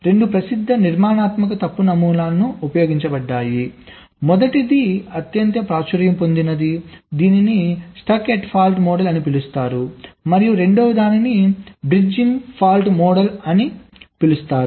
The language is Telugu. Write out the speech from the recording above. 2 ప్రసిద్ధ నిర్మాణాత్మక తప్పు నమూనాలు ఉపయోగించబడ్డాయి మొదటిది అత్యంత ప్రాచుర్యం పొందింది దీనిని స్టక్ ఎట్ ఫాల్ట్ మోడల్ అని పిలుస్తారు మరియు రెండవదాన్ని బ్రిడ్జింగ్ ఫాల్ట్ మోడల్ అంటారు